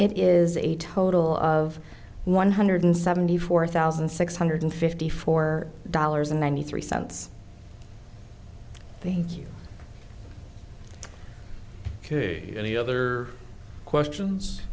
it is a total of one hundred seventy four thousand six hundred fifty four dollars and ninety three cents thank you ok any other questions